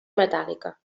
metàl·lica